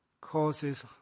causes